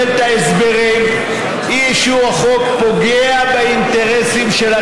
איילת נחמיאס ורבין,